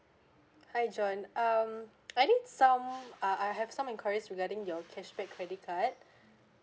hi john um I think some ah I have some enquiries regarding your cashback credit card